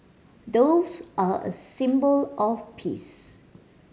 doves are a symbol of peace